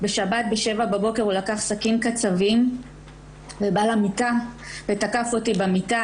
בשבת ב-7 בבוקר הוא לקח סכין קצבים ובא למיטה ותקף אותי במיטה,